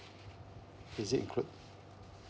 is it include